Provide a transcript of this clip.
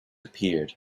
appeared